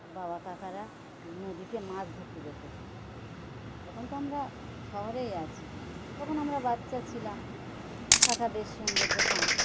বাবা কাকারা নদীতে মাছ ধরতে যেত এখন তো আমরা শহরেই আছি তখন আমরা বাচ্চা ছিলাম কাকাদের সঙ্গে যেতাম